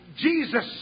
Jesus